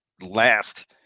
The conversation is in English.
last